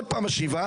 עוד פעם משיבה,